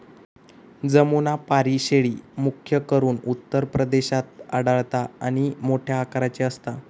जमुनापारी शेळी, मुख्य करून उत्तर प्रदेशात आढळता आणि मोठ्या आकाराची असता